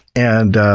and